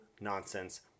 Nonsense